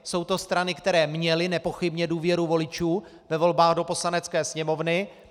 Jsou to strany, které měly nepochybně důvěru voličů ve volbách do Poslanecké sněmovny.